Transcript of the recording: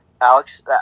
Alex